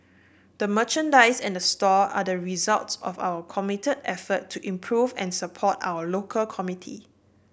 the merchandise and the store are the results of our commit effort to improve and support our local community